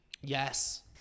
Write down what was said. yes